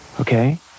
Okay